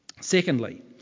Secondly